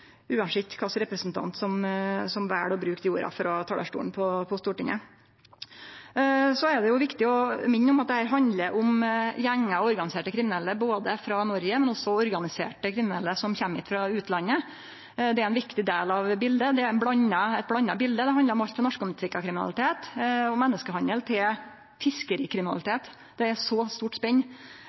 viktig å minne om at dette handlar om gjengar og organiserte kriminelle frå Noreg, men òg om organiserte kriminelle som kjem frå utlandet. Det er ein viktig del av bildet. Det er eit blanda bilde. Det handlar om alt frå narkotikakriminalitet og menneskehandel til fiskerikriminalitet. Det er eit så stort spenn.